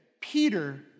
Peter